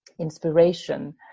inspiration